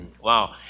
wow